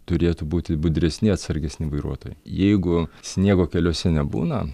turėtų būti budresni atsargesni vairuotojai jeigu sniego keliuose nebūna